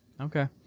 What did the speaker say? Okay